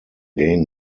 gain